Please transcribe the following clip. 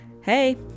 hey